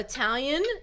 Italian